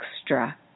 extra